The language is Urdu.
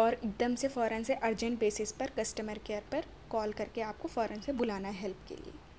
اور ایک دم سے فوراً ارجنٹ بیسس پر کسٹمرکیئر پر کال کر کے آپ کو فوراً سے بلانا ہے ہیلپ کے لیے